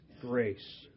grace